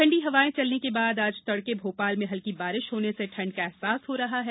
ठंडी हवाएं चलने के बाद आज तड़के भोपाल में हल्की बारिश होने से ठंड का अहसास हो रहा है